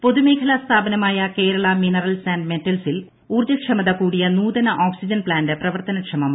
L പൊതുമേഖലാ സ്ഥാപനമായ Kerala minerals and മെറ്റൽസിൽ ഊർജ്ജക്ഷമത കൂടിയ നൂതന ഓക്സിജൻ പ്താന്റ് പ്രവർത്തനക്ഷമമായി